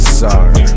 sorry